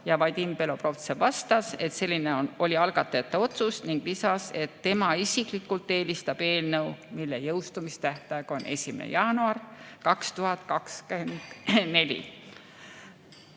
Vadim Belobrovtsev vastas, et selline oli algatajate otsus, ning lisas, et tema isiklikult eelistab eelnõu, mille jõustumise tähtaeg on 1. jaanuar 2024.